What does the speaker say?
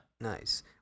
nice